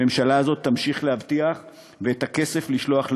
הממשלה הזו תמשיך להבטיח, ואת הכסף לשלוח לעמונה,